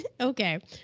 Okay